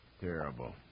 Terrible